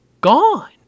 gone